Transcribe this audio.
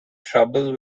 trouble